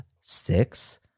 six